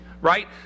right